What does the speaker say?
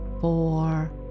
four